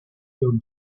your